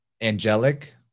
angelic